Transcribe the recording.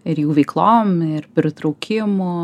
ir jų veiklom ir pritraukimu